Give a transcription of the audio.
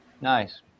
nice